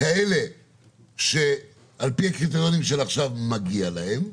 כאלה שעל פי קריטריונים של עכשיו מגיע להם,